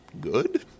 good